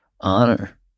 honor